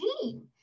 team